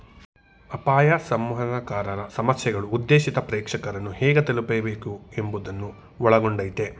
ಅಪಾಯ ಸಂವಹನಕಾರರ ಸಮಸ್ಯೆಗಳು ಉದ್ದೇಶಿತ ಪ್ರೇಕ್ಷಕರನ್ನು ಹೇಗೆ ತಲುಪಬೇಕು ಎಂಬುವುದನ್ನು ಒಳಗೊಂಡಯ್ತೆ